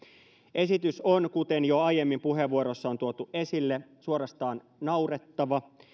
esitys on kuten jo aiemmin puheenvuoroissa on tuotu esille suorastaan naurettava